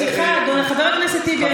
סליחה, חבר הכנסת טיבי.